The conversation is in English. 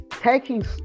taking